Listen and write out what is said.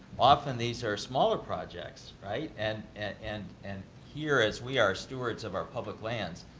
often these are smaller projects, right? and and and here as we are stewards of our public lands,